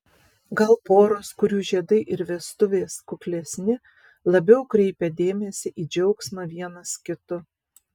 gal poros kurių žiedai ir vestuvės kuklesni labiau kreipia dėmesį į džiaugsmą vienas kitu